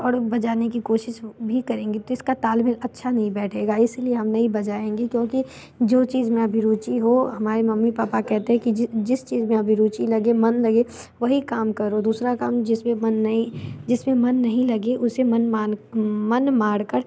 और बजाने की कोशिश भी करेंगे तो इसका ताल मेल अच्छा नहीं बैठेगा इस लिए हम नहीं बजाएंगे क्योंकि जो चीज़ में अभी रुचि हो हमारे मम्मी पापा कहते हैं कि जिस चीज़ में अभी रूचि लगे मन लगे वही काम करो दूसरा काम जिस में मन नहीं जिस में मन नहीं लगे उसे मन मान मन मार कर